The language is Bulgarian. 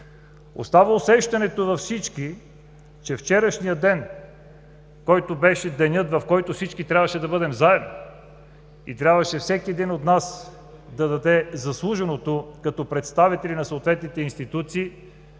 Остава усещането във всички, че вчерашният ден, който беше денят, в който всички трябваше да бъдем заедно и трябваше всеки един от нас да му даде заслуженото, като представители на съответните институции,